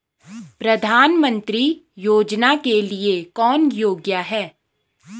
प्रधानमंत्री योजना के लिए कौन योग्य है?